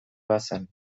bazen